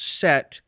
set